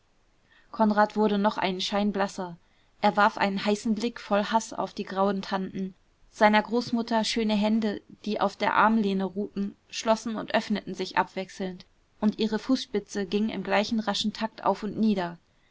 konrad wurde noch einen schein blasser er warf einen heißen blick voll haß auf die grauen tanten seiner großmutter schöne hände die auf der armlehne ruhten schlossen und öffneten sich abwechselnd und ihre fußspitze ging im gleichen raschen takt auf und nieder